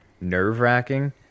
nerve-wracking